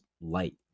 light